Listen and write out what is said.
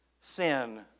sin